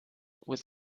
with